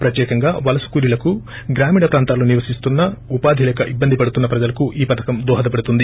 ప్రత్యేకంగా వలస కూలీలకు గ్రామీణ ప్రాంతాల్లో నివసిస్తున్న ఉపాధి లేక ఇబ్బంది పడుతున్న ప్రజలకు ఈ పధకం దొహదపడుతుంది